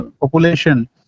population